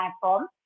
platform